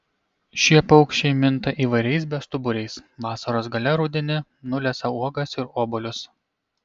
šie paukščiai minta įvairiais bestuburiais vasaros gale rudenį nulesa uogas ir obuolius